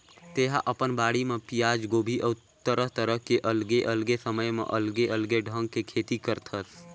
तेहा अपन बाड़ी म पियाज, गोभी अउ तरह तरह के अलगे अलगे समय म अलगे अलगे ढंग के खेती करथस